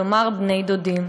כלומר בני-דודים.